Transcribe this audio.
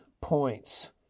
points